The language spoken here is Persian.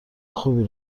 خوبی